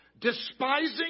despising